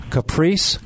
Caprice